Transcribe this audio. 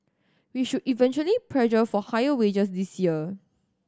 we should eventually pressure for higher wages this year